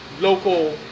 local